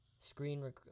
screen